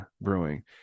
Brewing